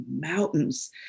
mountains